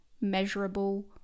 Measurable